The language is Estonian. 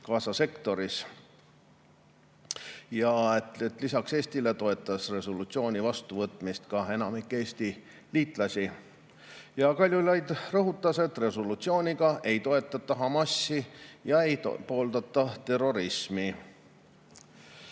Gaza sektoris. Lisaks Eestile toetas resolutsiooni vastuvõtmist enamik Eesti liitlasi. Kaljulaid rõhutas, et resolutsiooniga ei toetata Hamasi ega pooldata terrorismi.